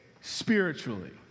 spiritually